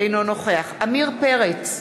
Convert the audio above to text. אינו נוכח עמיר פרץ,